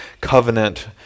covenant